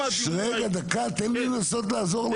דקה תן לי לנסות לעזור לך.